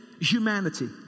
humanity